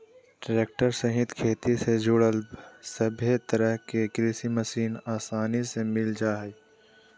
tractor सहित खेती से जुड़ल सभे तरह के कृषि मशीनरी आसानी से मिल जा हइ